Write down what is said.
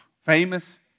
famous